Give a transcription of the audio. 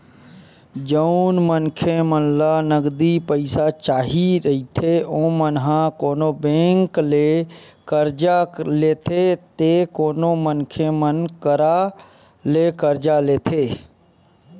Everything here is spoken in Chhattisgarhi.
जउन मनखे मन ल नगदी पइसा चाही रहिथे ओमन ह कोनो बेंक ले करजा लेथे ते कोनो मनखे मन करा ले करजा लेथे